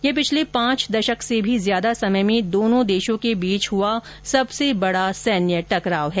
यह पिछले पांच दशक से भी ज्यादा समय में दोनों देशों के बीच हुआ सबसे बडा सैन्य टकराव है